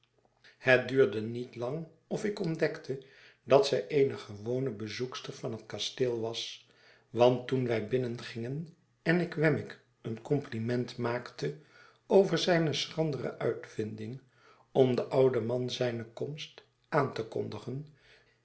het duurde niet lang of ik ontdekte dat zij eene gewone bezoekster van het kasteel was want toen wij binnengingen en ik wemmick een compliment maakte over zijne schrandere uitvinding om den ouden man zijne komst aan te kondigen